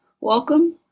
welcome